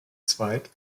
zweig